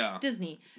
Disney